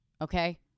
Okay